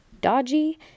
dodgy